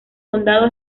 condado